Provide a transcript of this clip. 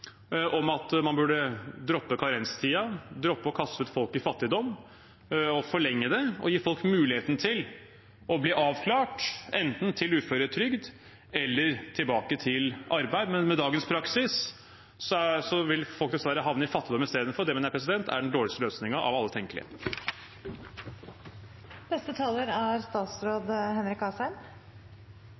om at man burde droppe karenstiden, droppe å kaste folk ut i fattigdom, men forlenge det og gi folk muligheten til å bli avklart enten til uføretrygd eller tilbake til arbeid. Men med dagens praksis vil folk dessverre havne i fattigdom istedenfor. Det mener jeg er den dårligste løsningen av alle tenkelige.